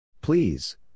Please